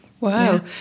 wow